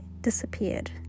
disappeared